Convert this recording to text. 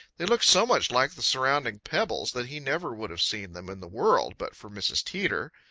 they looked so much like the surrounding pebbles that he never would have seen them in the world but for mrs. teeter.